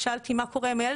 שאלתי, מה קורה עם הילד?